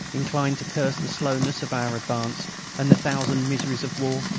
inclined to curse the slowness of our advance and the thousand miseries of war,